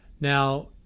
Now